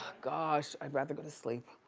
gosh. i'd rather go to sleep.